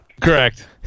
Correct